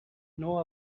know